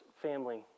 family